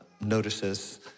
notices